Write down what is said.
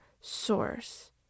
source